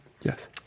Yes